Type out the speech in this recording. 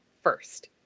first